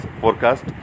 forecast